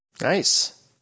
Nice